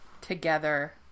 together